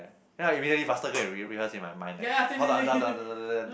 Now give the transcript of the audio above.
then I immediately faster go and rehearse rehearse in my mind leh how to answer how to answer da da da da da